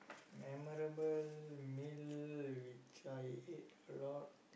memorable meal which I hate a lot